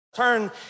Turn